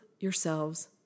yourselves